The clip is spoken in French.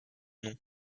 nom